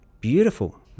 Beautiful